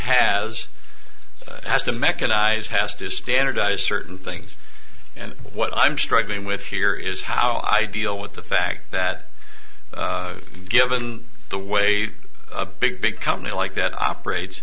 hesse to standardize certain things and what i'm struggling with here is how i deal with the fact that given the way a big big company like that operates